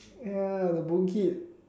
ya the Boon-Kit